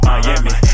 Miami